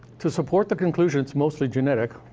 to support the conclusion it's mostly genetic,